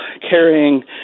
carrying